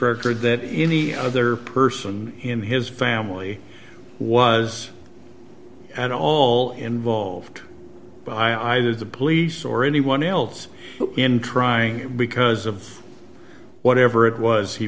record that any other person in his family was at all involved by either the police or anyone else in trying because of whatever it was he